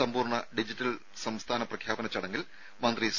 സമ്പൂർണ്ണ ഡിജിറ്റൽ സംസ്ഥാന പ്രഖ്യാപന ചടങ്ങിൽ മന്ത്രി സി